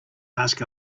ask